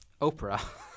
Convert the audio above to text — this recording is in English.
Oprah